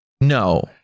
no